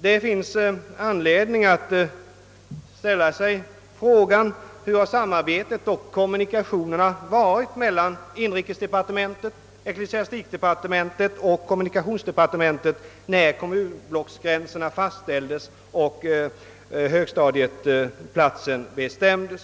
Det finns anledning att ställa sig frågan hurdant samarbetet har varit mellan inrikesdepartementet, ecklesiastikdepartementet och kommunikationsdepartementet när kommungränserna fastställdes och platsen för högstadium bestämdes.